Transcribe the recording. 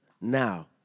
now